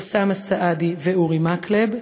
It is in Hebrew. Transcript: אוסאמה סעדי ואורי מקלב,